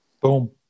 boom